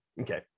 Okay